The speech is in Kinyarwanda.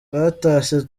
batashye